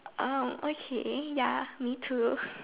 um okay ya me too